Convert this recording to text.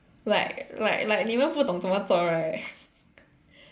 like like like 你们不懂怎么 zao right